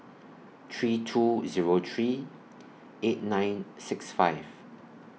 three two Zero three eight nine six five